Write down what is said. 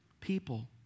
people